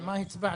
מה הצבענו,